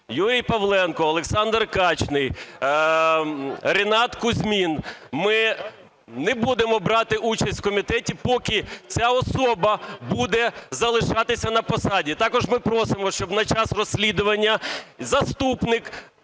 (Юрій Павленко, Олександр Качний, Ренат Кузьмін), ми не будемо брати участь в комітеті, поки ця особа буде залишатися на посаді. Також ми просимо, щоб на час розслідування заступник